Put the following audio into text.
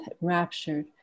raptured